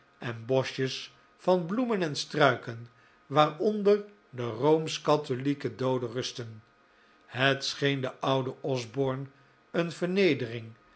en boschjes van bloemen en struiken waaronder de roomsch katholieke dooden rusten het scheen den ouden osborne een vernedering